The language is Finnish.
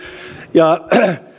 ja